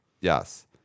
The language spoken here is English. yes